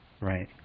Right